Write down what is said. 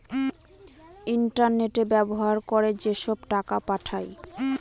internet ব্যবহার করে যেসব টাকা পাঠায়